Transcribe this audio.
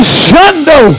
shundo